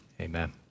Amen